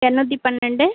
எரநூத்தி பன்னெண்டு